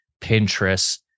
Pinterest